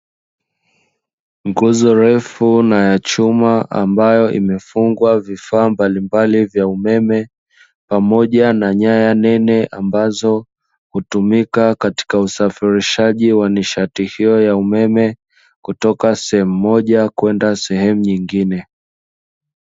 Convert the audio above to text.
Nguzo ndefu na ya chuma ambayo imefungwa vifaa mbalimbali vya umeme, pamoja na nyaya nene ambazo hutumika katika usafirishaji wa nishati hiyo ya umeme, kutoka sehemu moja kwenda sehemu nyingine.